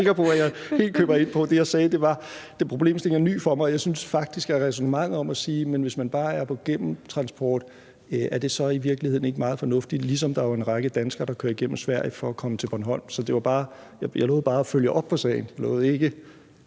sikker på jeg køber ind på. Det, jeg sagde, var, at problemstillingen er ny for mig, og jeg synes faktisk, at ræsonnementet om at sige, at hvis bare man er på gennemrejse, så er det måske i virkeligheden meget fornuftigt, ligesom der jo er en række danskere, der kører igennem Sverige for at komme til Bornholm. Så jeg lovede bare at følge op på sagen,